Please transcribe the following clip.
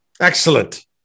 Excellent